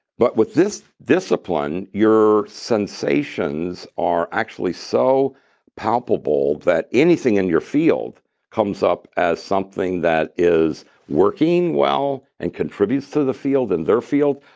but with this discipline, your sensations are actually so palpable that anything in your field comes up as something that is working well and contributes to the field and their field,